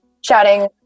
shouting